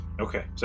Okay